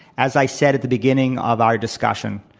as i said at the beginning of our discussion,